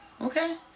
Okay